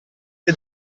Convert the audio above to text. che